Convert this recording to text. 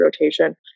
rotation